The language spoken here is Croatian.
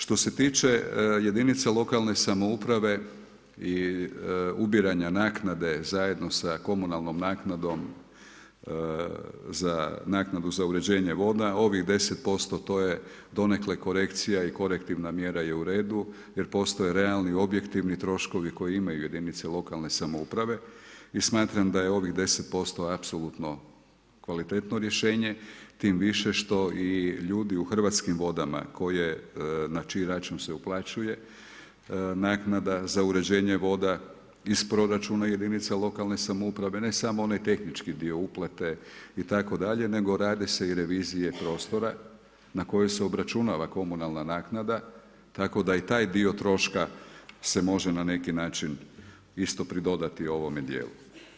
Što se tiče jedinica lokalne samouprave i ubiranje naknade zajedno sa komunalnom naknadom za uređenje voda, ovih 10% to je donekle korekcija i korektivna mjera je uredu jer postoje realni objektivni troškovi koje imaju jedinice lokalne samouprave i smatram da je ovih 10% apsolutno kvalitetno rješenje, tim više što i ljudi u Hrvatskim vodama na čiji račun se uplaćuje naknada za uređenje voda iz proračuna jedinica lokalne samouprave ne samo onaj tehnički dio uplate itd., nego se rade i revizije prostora na koje se obračunava komunalna naknada tako da i taj dio troška se može na neki način isto pridodati ovome dijelu.